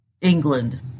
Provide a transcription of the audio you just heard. England